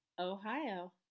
ohio